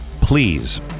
please